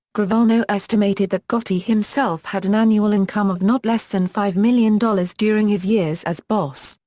gravano estimated that gotti himself had an annual income of not less than five million dollars during his years as boss,